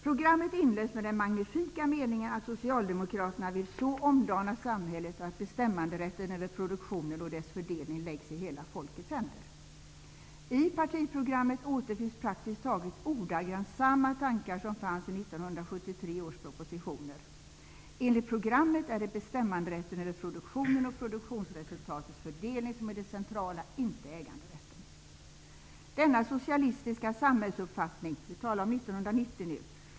Programmet inleds med den magnifika meningen att socialdemokraterna vill ''så omdana samhället, att bestämmanderätten över produktionen och dess fördelning läggs i hela folkets händer.'' I partiprogrammet återfinns praktiskt taget ordagrant samma tankar som fanns i 1973 års propositioner. Enligt programmet är det bestämmanderätten över produktionen och produktionsresultatets fördelning som är det centrala, inte äganderätten. Denna socialistiska samhällsuppfattning -- och vi talar nu om 1990!